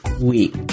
week